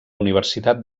universitat